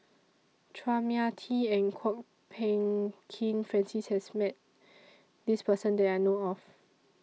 Chua Mia Tee and Kwok Peng Kin Francis has Met This Person that I know of